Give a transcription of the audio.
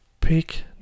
pick